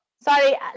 sorry